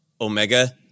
Omega